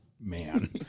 man